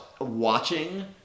Watching